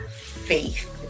faith